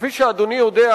כפי שאדוני יודע,